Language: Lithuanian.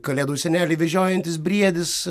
kalėdų senelį vežiojantis briedis